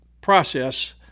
process